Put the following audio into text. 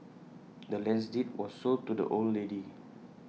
the land's deed was sold to the old lady